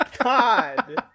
God